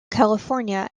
california